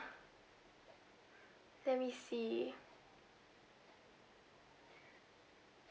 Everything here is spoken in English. let me see